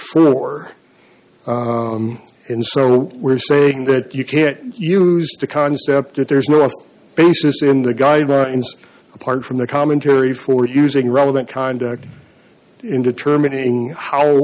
four and so we're saying that you can't use the concept that there's no basis in the guidelines apart from the commentary for using relevant conduct in determining how